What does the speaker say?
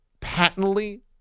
patently